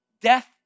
Death